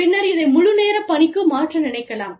பின்னர் இதை முழுநேர பணிக்கு மாற்ற நினைக்கலாம்